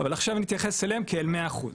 אבל עכשיו נתייחס אליהם כאל 100%,